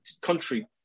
country